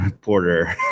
Porter